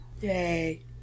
yay